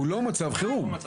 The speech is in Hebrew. הוא לא מצב חירום.